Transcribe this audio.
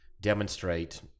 demonstrate